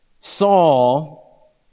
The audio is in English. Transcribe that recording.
Saul